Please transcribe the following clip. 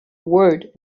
word